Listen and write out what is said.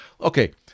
Okay